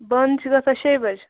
بَنٛد چھُ گَژھان شیٚیہِ بَجہِ